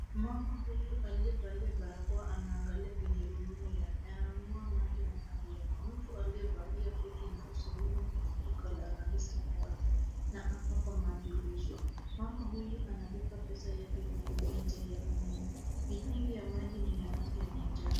Mama huyu aliyevalia barakoa anaangalia kwenye rununu yake. Ananunua maji mahali hapa. Mtu aliyevalia kodi nyeusi yumo kwenye duka la rangi ya samawati na ambapo maji huuzwa. Mama huyu analipa pesa yake kutumia njia ya rununu. Mitungi ya maji ni ya rangi ya manjano.